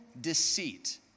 deceit